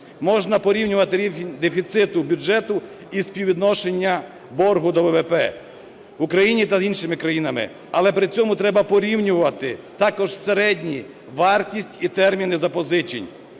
Можна порівнювати дефіцит бюджету і співвідношення боргу до ВВП в Україні та з іншими країнами, але при цьому треба порівнювати також середню вартість і термін запозичень.